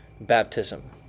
baptism